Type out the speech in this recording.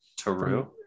taru